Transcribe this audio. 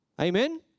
Amen